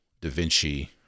DaVinci